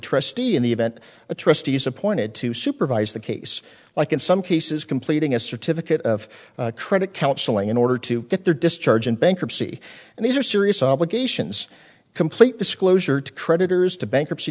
trustee in the event the trustees appointed to supervise the case like in some cases completing a certificate of credit counseling in order to get their discharge in bankruptcy and these are serious obligations complete disclosure to creditors to bankruptcy